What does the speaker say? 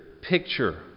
picture